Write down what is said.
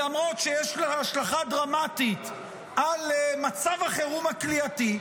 למרות שיש לה השלכה דרמטית על מצב החירום הכליאתי,